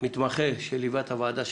מתמחה שליווה את הוועדה שלמה.